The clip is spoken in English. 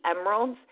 emeralds